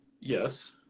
Yes